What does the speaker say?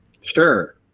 Sure